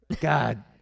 God